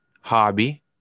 hobby